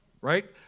right